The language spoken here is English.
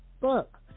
book